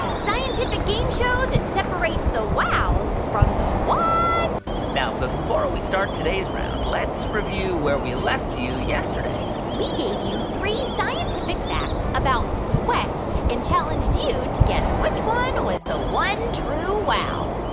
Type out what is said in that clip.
ah scientific game show that separates the wows from the whats now, before we start today's round, let's review where we left you yesterday we gave you three scientific facts about sweat and challenged you to guess which one was the one true wow.